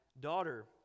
daughter